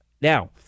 Now